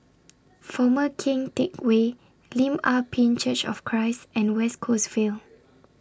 Former Keng Teck Whay Lim Ah Pin Church of Christ and West Coast Vale